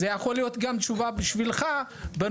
זה יכול להיות גם תשובה בשבילך בנוסף